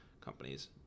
companies